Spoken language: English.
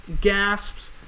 gasps